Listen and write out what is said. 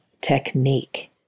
technique